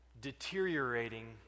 deteriorating